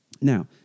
Now